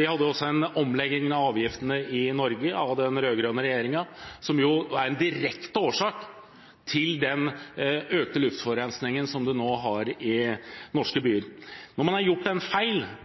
Vi hadde også en omlegging av avgiftene i Norge – gjort av den rød-grønne regjeringen – som er en direkte årsak til den økte luftforurensningen som man nå har i norske byer. Når man har gjort en feil,